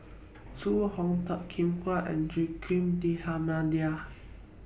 Zhu Hong Toh Kim Hwa and Joaquim D'almeida